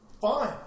Fine